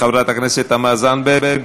חברת הכנסת תמר זנדברג,